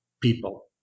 people